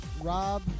Rob